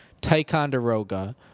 Ticonderoga